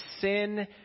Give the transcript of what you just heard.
sin